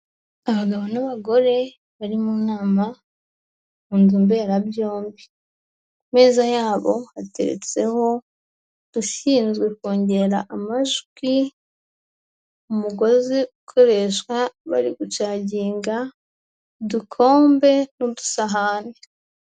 Abagabo n'abagore bari mu nama mu nzu mberabyombi, ku meza yabo hateretseho udushinzwe kongera amajwi, umugozi ukoreshwa bari gucaginga, udukombe, n'udusahane.